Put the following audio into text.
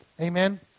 Amen